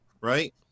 right